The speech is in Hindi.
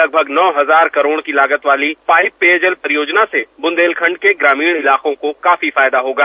लगभग नौ हजार करोड़ की लागत वाली पाइप पेयजल परियोजना से बुंदेलखंड के ग्रामीण इलाकों को काफी फायदा होगा